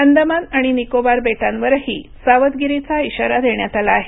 अंदमान आणि निकोबार बेटांवरही सावधगिरीचा इशारा देण्यात आला आहे